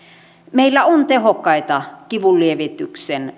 meillä on tehokkaita kivunlievityksen